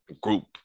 group